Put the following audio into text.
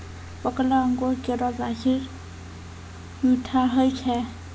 पकलो अंगूर केरो तासीर मीठा होय छै